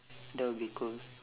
that would be cool